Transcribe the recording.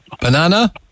Banana